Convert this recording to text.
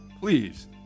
please